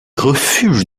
refuges